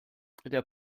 der